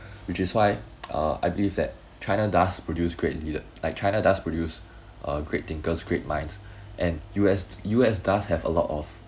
which is why uh I believe that china does produce great leader like china does produce a great thinkers great minds and U_S U_S does have a lot of